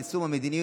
(תיקון),